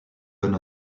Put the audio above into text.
done